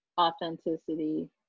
authenticity